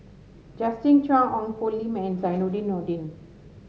Justin Zhuang Ong Poh Lim and Zainudin Nordin